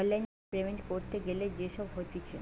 online payment ক্যরতে গ্যালে যে সব হতিছে